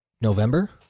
November